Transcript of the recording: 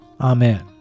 Amen